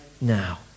now